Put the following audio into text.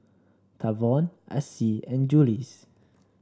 Tavon Acie and Jules